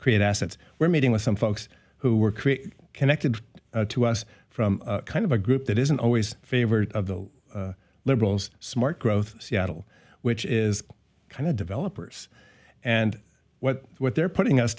create assets we're meeting with some folks who were created connected to us from kind of a group that isn't always a favorite of the liberals smart growth seattle which is kind of developers and what what they're putting us